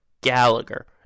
Gallagher